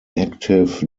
active